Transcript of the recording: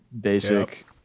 basic